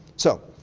so,